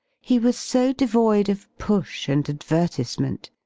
he was so devoid of push and advertisement,